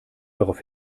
darauf